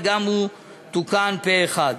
וגם הוא תוקן פה-אחד.